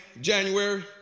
January